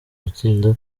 gutsinda